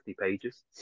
pages